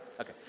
Okay